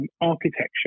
architecture